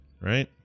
right